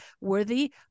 worthy